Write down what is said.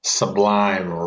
sublime